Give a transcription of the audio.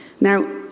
now